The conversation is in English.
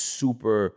super